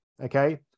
okay